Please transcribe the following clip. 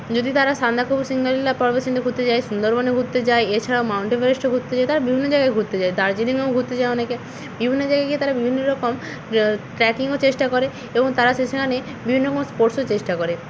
যদি তারা সান্দাফু সিঙ্গালীলা পর্বত শৃঙ্গে ঘুরতে যায় সুন্দরবনে ঘুরতে যায় এছাড়াও মাউন্ট এভারেস্টও ঘুরতে যায় তারা বিভিন্ন জায়গায় ঘুরতে যায় দার্জিলিংয়েও ঘুরতে যায় অনেকে বিভিন্ন জায়গায় গিয়ে তারা বিভিন্ন রকম ট্রেকিং ও চেষ্টা করে এবং তারা সেসেখানে বিভিন্ন রকম স্পোর্টসও চেষ্টা করে